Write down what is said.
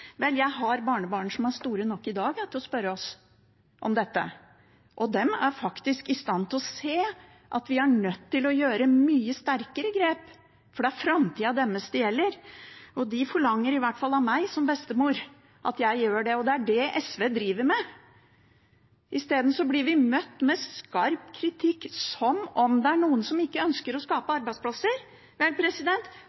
Vel, jeg har barnebarn som er store nok i dag til å spørre oss om dette. De er faktisk i stand til å se at vi er nødt til å ta mye sterkere grep, for det er framtida deres det gjelder. De forlanger iallfall av meg som bestemor at jeg gjør det. Det er det SV driver med. I stedet blir vi møtt med skarp kritikk, som om det er noen som ikke ønsker å skape